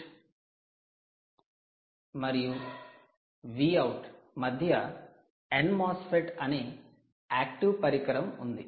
Vip మరియు Vout మధ్య 'n MOSFET' అనే యాక్టీవ్ పరికరం ఉంది